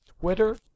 Twitter